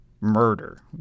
murder